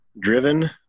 driven